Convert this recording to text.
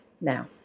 now